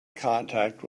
contact